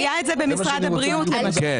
זה היה במשרד הבריאות, למשל.